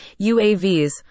UAVs